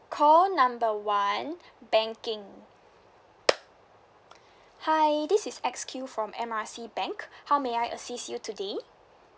call number one banking hi this is X_Q from M R C bank how may I assist you today